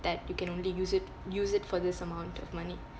that you can only use it use it for this amount of money